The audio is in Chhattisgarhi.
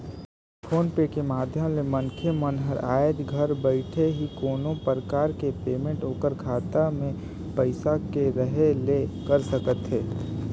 फोन पे के माधियम ले मनखे मन हर आयज घर बइठे ही कोनो परकार के पेमेंट ओखर खाता मे पइसा के रहें ले कर सकथे